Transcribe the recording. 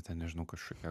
ten nežinau kažkokią